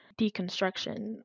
deconstruction